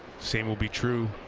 same will be true